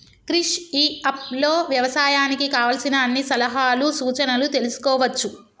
క్రిష్ ఇ app లో వ్యవసాయానికి కావలసిన అన్ని సలహాలు సూచనలు తెల్సుకోవచ్చు